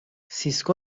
سیسکو